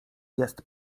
jest